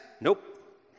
Nope